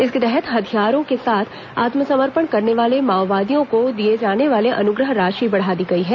इसके तहत हथियारों के साथ आत्मसमर्पण करने वाले माओवादियों को दिए जाने वाले अनुग्रह राशि बढ़ा दी गई है